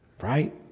right